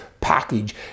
package